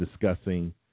discussing